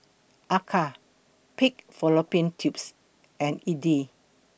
Acar Pig Fallopian Tubes and Idly